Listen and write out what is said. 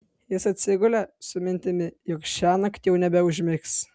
jis atsigulė su mintimi jog šiąnakt jau nebeužmigs